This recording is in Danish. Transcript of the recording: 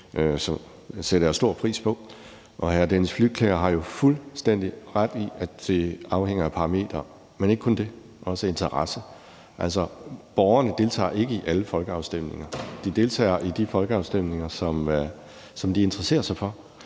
Det sætter jeg stor pris på. Og hr. Dennis Flydtkjær har jo fuldstændig ret i, at det afhænger af parametre, men ikke kun det, også af interesse. Altså, borgerne deltager ikke i alle folkeafstemninger; de deltager i de folkeafstemninger, som de interesserer sig for.